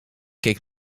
keek